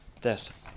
Death